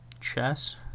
chess